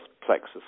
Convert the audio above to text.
plexus